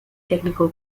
technical